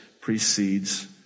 precedes